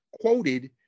quoted